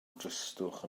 dristwch